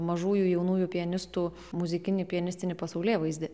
mažųjų jaunųjų pianistų muzikinį pianistinį pasaulėvaizdį